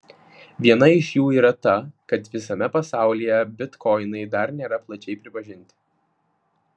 viena iš jų yra ta kad visame pasaulyje bitkoinai dar nėra plačiai pripažinti